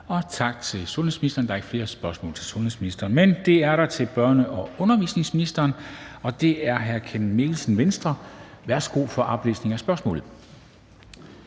og tak til sundhedsministeren. Der er ikke flere spørgsmål til sundhedsministeren, men det er der til børne- og undervisningsministeren, og det er af hr. Kenneth Mikkelsen, Venstre. Kl. 14:06 Spm.